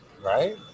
right